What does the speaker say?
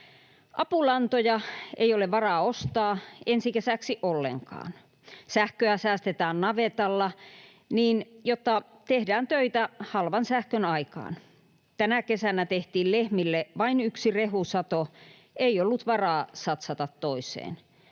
”Apulantoja ei ole varaa ostaa ensi kesäksi ollenkaan. Sähköä säästetään navetalla niin, jotta tehdään töitä halvan sähkön aikaan. Tänä kesänä tehtiin lehmille vain yksi rehusato. Ei ollut varaa satsata toiseen.